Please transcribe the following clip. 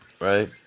right